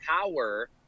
power